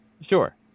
Sure